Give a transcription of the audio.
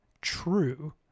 true